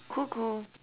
cuckoo